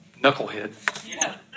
knucklehead